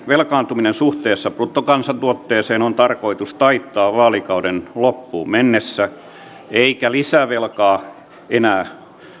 velkaantuminen suhteessa bruttokansantuotteeseen on tarkoitus taittaa vaalikauden loppuun mennessä eikä lisävelkaa enää